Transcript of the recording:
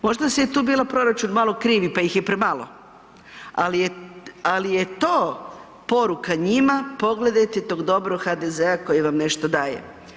Možda je tu bio proračun malo krivi pa ih je premalo ali je to poruka njima, pogledajte tog dobrog HDZ-a koji vam nešto daje.